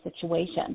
situation